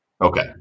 Okay